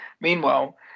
meanwhile